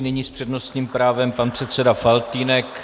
Nyní s přednostním právem pan předseda Faltýnek.